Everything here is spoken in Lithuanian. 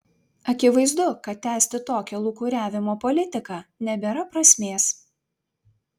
akivaizdu kad tęsti tokią lūkuriavimo politiką nebėra prasmės